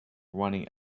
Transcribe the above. running